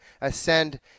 ascend